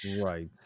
right